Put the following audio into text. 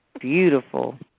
Beautiful